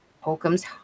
Holcomb's